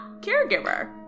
caregiver